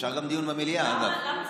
אפשר גם דיון במליאה, אגב.